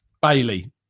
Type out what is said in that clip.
Bailey